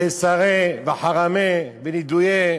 ואסרי, וחרמי, ונידויי,